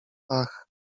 ach